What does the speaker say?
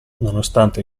nonostante